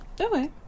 okay